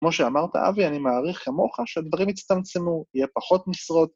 כמו שאמרת, אבי, אני מעריך כמוך שהדברים יצטמצמו, יהיה פחות משרות.